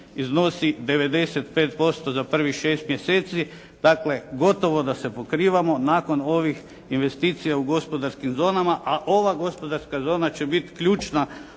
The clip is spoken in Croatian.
iznosi 95% za prvih šest mjeseci, dakle gotovo da se pokrivamo nakon ovih investicija u gospodarskim zonama, a ova gospodarska zona će biti ključna